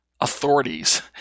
authorities